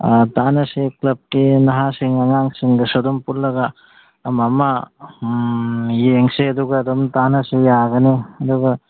ꯑꯥ ꯇꯥꯟꯅꯁꯤ ꯀ꯭ꯂꯕꯀꯤ ꯅꯍꯥꯁꯤꯡ ꯑꯉꯥꯡꯁꯤꯡꯒꯁꯨ ꯑꯗꯨꯝ ꯄꯨꯜꯂꯒ ꯑꯃ ꯑꯃ ꯌꯦꯡꯁꯤ ꯑꯗꯨꯒ ꯑꯗꯨꯝ ꯇꯥꯟꯅꯁꯤ ꯌꯥꯒꯅꯤ ꯑꯗꯨꯒ